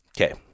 Okay